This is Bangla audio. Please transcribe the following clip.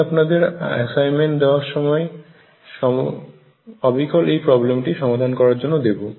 আমি আপনাদের অ্যাসাইনমেন্ট দেওয়ার সময় অবিকল এই প্রবলেমটি সমাধান করার জন্য দেব